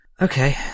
Okay